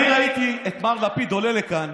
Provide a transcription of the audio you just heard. אני ראיתי את מר לפיד עולה לכאן